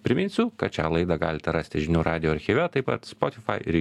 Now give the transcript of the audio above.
priminsiu kad šią laidą galite rasti žinių radijo archyve taip pat spotifai ir